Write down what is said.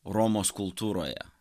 romos kultūroje